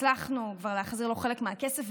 הצלחנו כבר להחזיר לו חלק מהכסף,